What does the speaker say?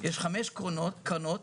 חמש קרנות